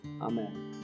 Amen